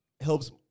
helps